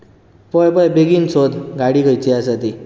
पळय पळय बेगीन सोद गाडी खंयची आसा ती